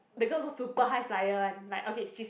the girl also super high flyer one okay she's